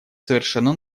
совершенно